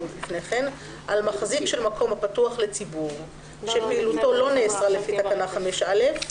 על מחזיק של מקום הפתוח לציבור שפעילותו לא נאסרה לפי תקנה 5(א),